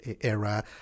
era